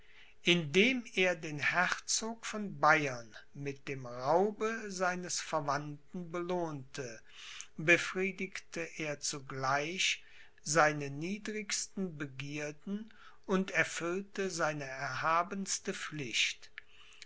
indem er den herzog von bayern mit dem raube seines verwandten belohnte befriedigte er zugleich seine niedrigsten begierden und erfüllte seine erhabenste pflicht